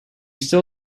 still